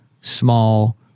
small